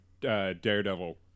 Daredevil